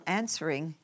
answering